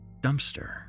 dumpster